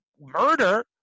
murder